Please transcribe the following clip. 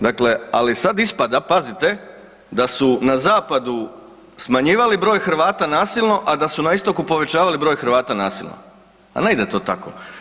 Dakle, ali sad ispada pazite da su na zapadu smanjivali broj Hrvata nasilno, a da su na istoku povećavali broj Hrvata nasilno, a ne ide to tako.